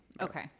Okay